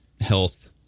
health